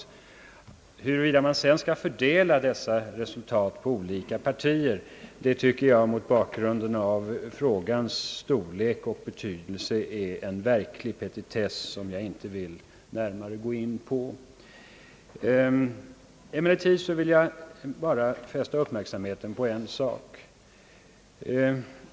Hur man sedan skall fördela dessa resultat på olika partier tycker jag mot bakgrunden av frågans storlek och betydelse är en petitess som jag inte närmare vill gå in på. Emellertid vill jag fästa uppmärksamheten på en annan sak.